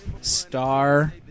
star